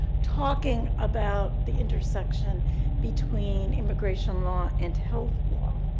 talking about the intersection between immigration law and health law.